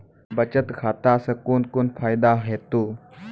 बचत खाता सऽ कून कून फायदा हेतु?